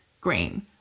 green